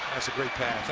that's a great pass.